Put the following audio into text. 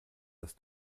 das